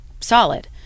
solid